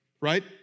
right